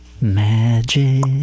Magic